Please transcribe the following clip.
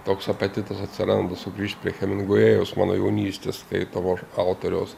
toks apetitas atsiranda sugrįžt prie hemingvėjaus mano jaunystės skaitomo autoriaus